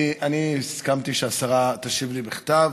אני הסכמתי שהשרה תשיב לי בכתב,